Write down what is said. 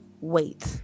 wait